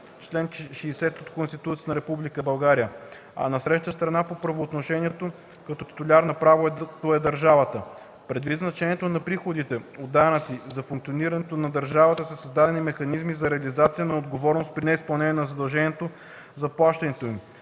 (чл. 60 от Конституцията на Република България), а насрещна страна по правоотношението като титуляр на правото е държавата. Предвид значението на приходите от данъци за функционирането на държавата, са създадени механизмите за реализация на отговорност при неизпълнение на задължението за плащането им,